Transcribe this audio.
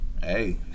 Hey